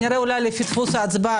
אולי כנראה לפי דפוס ההצבעה,